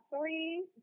three